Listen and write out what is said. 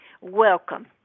Welcome